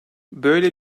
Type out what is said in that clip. böyle